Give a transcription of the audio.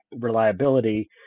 reliability